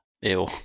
Ew